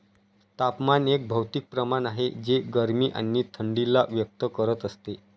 तापमान एक भौतिक प्रमाण आहे जे गरमी आणि थंडी ला व्यक्त करत असते